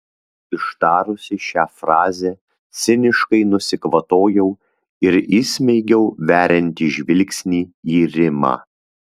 ištarusi šią frazę ciniškai nusikvatojau ir įsmeigiau veriantį žvilgsnį į rimą